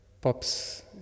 pops